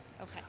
Okay